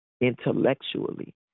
intellectually